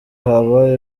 haba